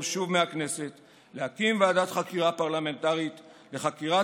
שוב מהכנסת להקים ועדת חקירה פרלמנטרית לחקירת